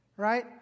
Right